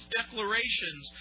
declarations